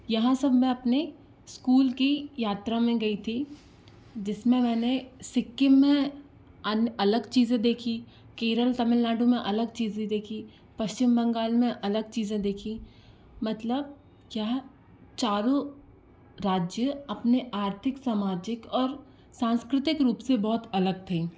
यहाँ सब मैं अपने स्कूल की यात्रा में गई थी जिसमें मैंने सिक्किम में अलग चीज़ें देखी केरल तमिलनाडु में अलग चीज़ें देखी पश्चिम बंगाल में अलग चीज़ें देखीं मतलब यह चरों राज्य अपने आर्थिक सामाजिक और सांस्कृतिक रूप से बहुत अलग थे